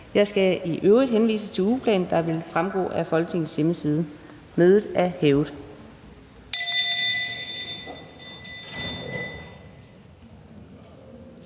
Jeg skal i øvrigt henvise til ugeplanen, der vil fremgå af Folketingets hjemmeside. Mødet er hævet.